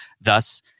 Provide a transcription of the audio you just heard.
Thus